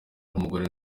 nk’umugore